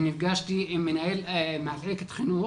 ונפגשתי עם מנהל מחלקת חינוך,